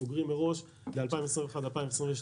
סוגרים מראש תוכנית לשנים 2021 ו-2022.